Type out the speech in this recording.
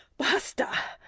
bast a! a!